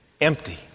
empty